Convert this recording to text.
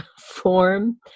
form